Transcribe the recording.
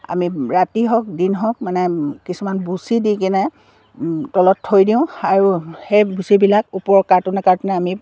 আমি ৰাতি হওক দিন হওক মানে কিছুমান বুচি দি কিনে তলত থৈ দিওঁ আৰু সেই বুচিবিলাক ওপৰ কাৰ্টনে কাৰ্টনে আমি